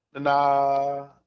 Nah